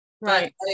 Right